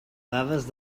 dades